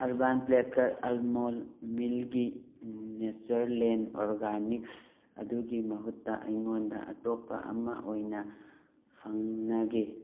urban platter almond ꯃꯤꯜꯛꯒꯤ Natureland organics ꯑꯗꯨꯒꯤ ꯃꯍꯨꯠꯇ ꯑꯩꯉꯣꯟꯗ ꯑꯇꯣꯞꯄ ꯑꯃ ꯑꯣꯏꯅ ꯐꯪꯅꯒꯦ